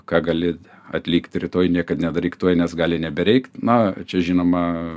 ką gali atlikt rytoj niekad nedaryk tuoj nes gali nebereikt na čia žinoma